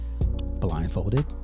blindfolded